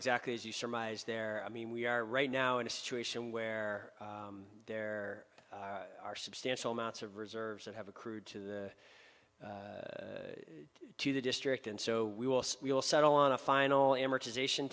exactly as you surmise there i mean we are right now in a situation where there are substantial amounts of reserves that have accrued to the to the district and so we will we will settle on a final amortization